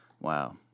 Wow